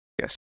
yes